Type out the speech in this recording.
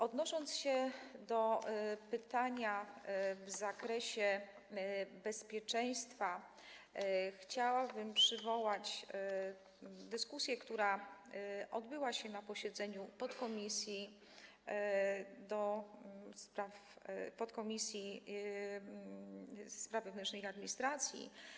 Odnosząc się do pytania w zakresie bezpieczeństwa, chciałabym przywołać dyskusję, która odbyła się na posiedzeniu podkomisji komisji spraw wewnętrznych i administracji.